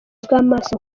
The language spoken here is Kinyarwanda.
bw’amaso